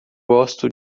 gosto